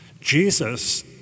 Jesus